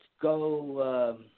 go